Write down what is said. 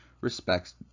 respects